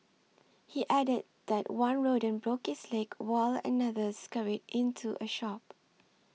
he added that one rodent broke its leg while another scurried into a shop